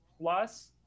plus